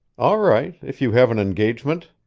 all right, if you have an engagement,